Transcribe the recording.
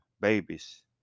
babies